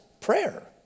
prayer